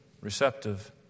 receptive